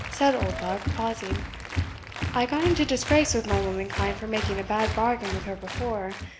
said oldbuck, pausing i got into disgrace with my womankind for making a bad bargain with her before.